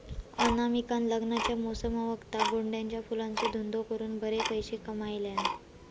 अनामिकान लग्नाच्या मोसमावक्ता गोंड्याच्या फुलांचो धंदो करून बरे पैशे कमयल्यान